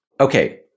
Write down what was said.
Okay